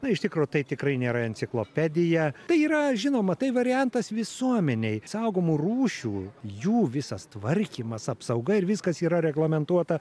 na iš tikro tai tikrai nėra enciklopedija tai yra žinoma tai variantas visuomenei saugomų rūšių jų visas tvarkymas apsauga ir viskas yra reglamentuota